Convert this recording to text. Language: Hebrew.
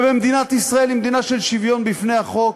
מדינת ישראל היא מדינה של שוויון בפני החוק,